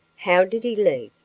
how did he leave?